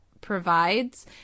provides